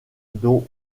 dont